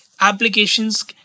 applications